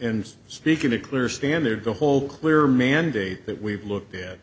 and speaking to clear standard the whole clear mandate that we've looked at